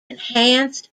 enhanced